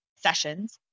sessions